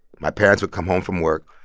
my parents would come home from work,